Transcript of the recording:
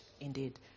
indeed